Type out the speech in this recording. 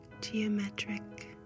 geometric